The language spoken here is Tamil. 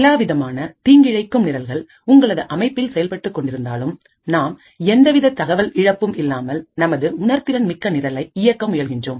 எல்லாவிதமான தீங்கிழைக்கும் நிரல்கள் உங்களது அமைப்பில் செயல்பட்டுக் கொண்டிருந்தாலும் நாம் எந்தவித தகவல் இழப்பும் இல்லாமல் நமது உணர்திறன் மிக்க நிரலை இயக்க முயல்கின்றோம்